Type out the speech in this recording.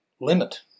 limit